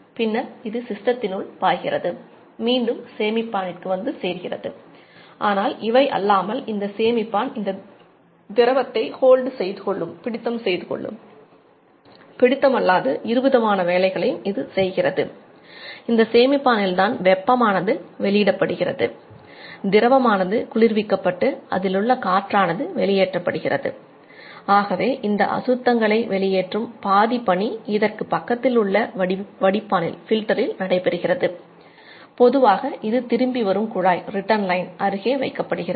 பின்னர் நமக்கு சேமிப்பான் இது அகற்றுகிறது